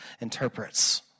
interprets